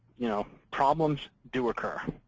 you know problems do occur